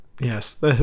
yes